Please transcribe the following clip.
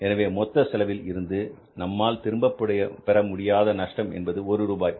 எனவே மொத்த செலவில் இருந்து நம்மால் திரும்பப்பெற முடியாத நஷ்டம் என்பது ஒரு ரூபாய்